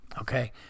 okay